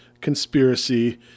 conspiracy